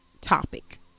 topic